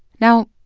now,